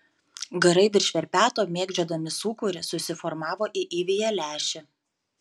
garai virš verpeto mėgdžiodami sūkurį susiformavo į įviją lęšį